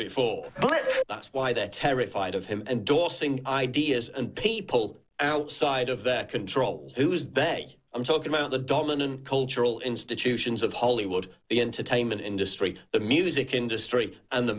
before but that's why they're terrified of him and dossing ideas and people outside of their control who's they i'm talking about the dominant cultural institution of hollywood the entertainment industry the music industry and the